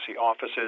offices